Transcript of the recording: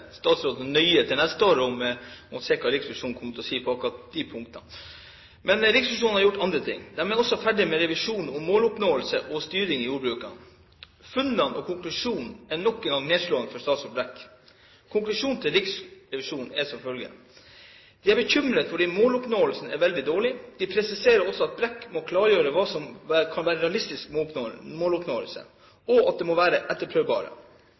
si om akkurat de punktene. Men Riksrevisjonen har gjort andre ting: De er også ferdig med undersøkelsen av måloppnåelse og styring i jordbruket. Funnene og konklusjonen er nok en gang nedslående for statsråd Brekk. Riksrevisjonens konklusjon er som følger: De er bekymret fordi måloppnåelsen er veldig dårlig, de presiserer også at Brekk må klargjøre hva som kan være realistisk måloppnåelse, og at det må være